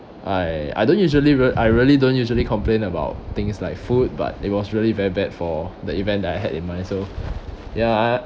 I I don't usually real~ I really don't usually complain about things like food but it was really very bad for the event that I had in mind so ya I